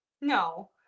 No